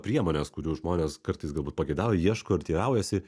priemones kurių žmonės kartais galbūt pageidauja ieško ir teiraujasi